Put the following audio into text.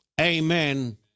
Amen